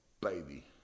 baby